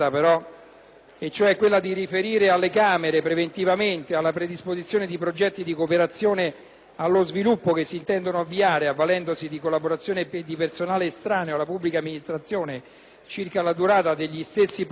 il Governo: a riferire alle Camere, preventivamente alla predisposizione di progetti di cooperazione allo sviluppo che si intendono avviare avvalendosi della collaborazione di personale estraneo alla pubblica amministrazione, circa la natura degli stessi progetti,